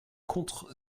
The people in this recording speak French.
contre